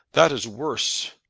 that is worse.